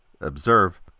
observe